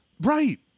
Right